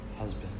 husband